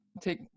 take